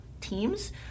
teams